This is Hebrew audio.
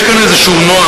יש פה איזה נוהל,